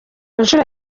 nshuro